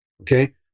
Okay